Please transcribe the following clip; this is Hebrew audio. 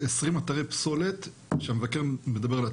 20 אתרי פסולת שהמבקר מדבר על,